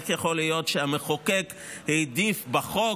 איך יכול להיות שהמחוקק העדיף בחוק